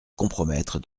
compromettre